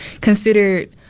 considered